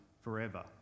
forever